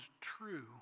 true